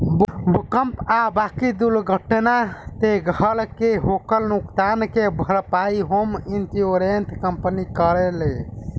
भूकंप आ बाकी दुर्घटना से घर के होखल नुकसान के भारपाई होम इंश्योरेंस कंपनी करेले